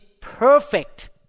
perfect